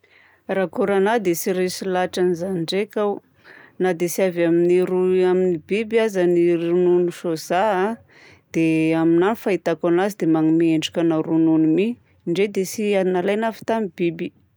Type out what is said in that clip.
Raha kôra nahy dia tsy resy lahatra an'izany ndraika aho. Na dia tsy avy amin'ny ro- amin'ny biby aza ny ronono sôzà a dia aminahy ny fahitako anazy dia manome endrikana ronono mi, ndrey dia tsy ary nalaina avy tamin'ny biby.